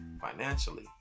financially